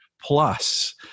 Plus